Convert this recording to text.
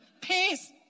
Peace